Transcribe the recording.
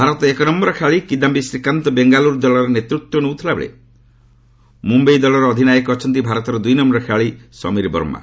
ଭାରତ ଏକନ୍ୟର ଖେଳାଳି କିଦାୟି ଶ୍ରୀକାନ୍ତ ବେଙ୍ଗାଲୁର ଦଳର ନେତୃତ୍ୱ ନେଉଥିବାବେଳେ ମୁମ୍ବାଇ ଦକର ଅଧିନାୟକ ଅଛନ୍ତି ଭାରତର ଦୁଇନମ୍ଘର ଖେଳାଳି ସମୀର ବର୍ମା